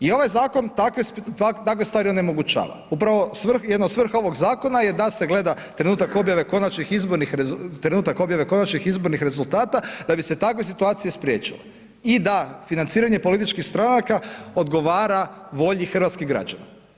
I ovaj zakon takve stvari onemogućava, upravo jedna od svrha ovog zakona je da se gleda trenutak objave konačnih izbornih, trenutak objave konačnih izbornih rezultata da bi se takve situacije spriječile i da financiranje političkih stranaka odgovara volji hrvatskih građana.